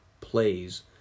plays